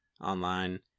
online